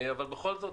אבל בכל זאת,